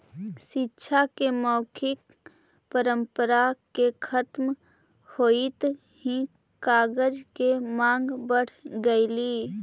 शिक्षा के मौखिक परम्परा के खत्म होइत ही कागज के माँग बढ़ गेलइ